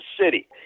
city